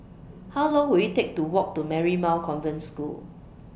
How Long Will IT Take to Walk to Marymount Convent School